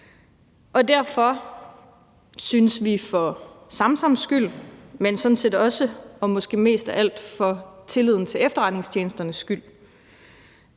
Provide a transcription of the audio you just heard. Derfor synes vi for Samsams skyld, men sådan set også og måske mest af alt for tilliden til efterretningstjenesternes skyld,